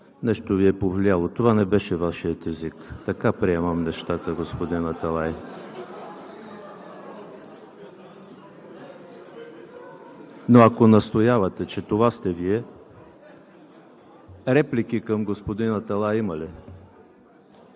нещо Ви е повлияло. Това не беше Вашият език. Така приемам нещата, господин Аталай, но ако настоявате, че това сте Вие… Реплики към господин Аталай има ли?